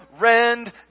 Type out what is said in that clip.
rend